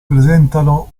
presentano